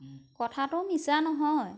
কথাটো মিছা নহয়